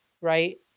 right